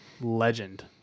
Legend